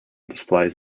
displays